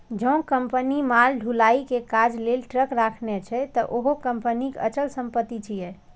जौं कंपनी माल ढुलाइ के काज लेल ट्रक राखने छै, ते उहो कंपनीक अचल संपत्ति छियै